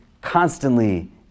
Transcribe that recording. constantly